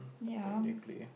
ya